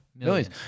Millions